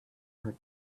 her